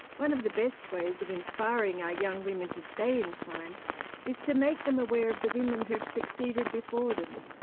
one of the best ways of inspiring our young women to stay in science is to make them aware of the women who have succeeded before them,